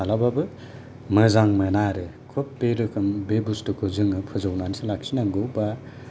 मालाबाबो मोजां मोना आरो खुब बे रोखोम बुसथुखौ जों फोजौनानैसो लाखिनांगौ बा